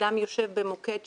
אדם יושב במוקד שהקמנו,